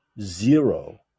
zero